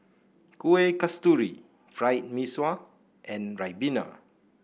Kuih Kasturi Fried Mee Sua and Ribena